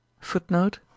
Footnote